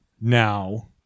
now